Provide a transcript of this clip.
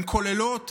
הן כוללות,